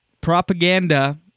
propaganda